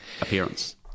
appearance